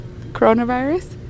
coronavirus